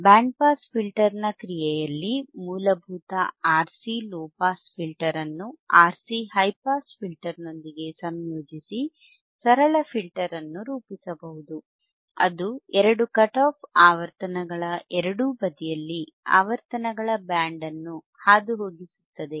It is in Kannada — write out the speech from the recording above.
ಬ್ಯಾಂಡ್ ಪಾಸ್ ಫಿಲ್ಟರ್ ನ ಕ್ರಿಯೆಯಲ್ಲಿ ಮೂಲಭೂತ RC ಲೊ ಪಾಸ್ ಫಿಲ್ಟರ್ ಅನ್ನು RC ಹೈ ಪಾಸ್ ಫಿಲ್ಟರ್ನೊಂದಿಗೆ ಸಂಯೋಜಿಸಿ ಸರಳ ಫಿಲ್ಟರ್ ಅನ್ನು ರೂಪಿಸಬಹುದು ಅದು ಎರಡು ಕಟ್ ಆಫ್ ಆವರ್ತನಗಳ ಎರಡೂ ಬದಿಯಲ್ಲಿ ಆವರ್ತನಗಳ ಬ್ಯಾಂಡ್ ಅನ್ನು ಹಾದುಹೋಗಿಸುತ್ತದೆ